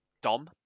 Dom